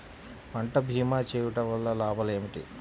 పంట భీమా చేయుటవల్ల లాభాలు ఏమిటి?